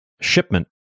shipment